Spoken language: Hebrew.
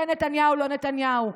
כן נתניהו לא נתניהו.